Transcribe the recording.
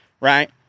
Right